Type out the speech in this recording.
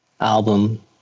album